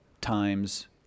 times